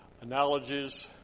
analogies